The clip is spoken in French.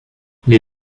les